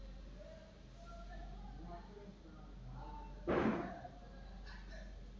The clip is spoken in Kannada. ಹಾಲು ಉತ್ಪಾದನೆ ಹೆಚ್ಚ್ ಮಾಡಾಕ ಮತ್ತ ಆಕಳ ಸಂತಾನೋತ್ಪತ್ತಿ ಮಾಡಕ್ ಚೊಲೋ ಪೌಷ್ಟಿಕಾಂಶ ಇರೋ ಮೇವು ಹಾಕಬೇಕು